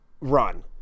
run